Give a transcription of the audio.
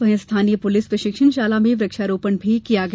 वहीं स्थानीय पुलिस प्रशिक्षण शाला में वृक्षारोपण भी किया गया